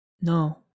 No